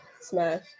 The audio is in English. Smash